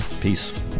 peace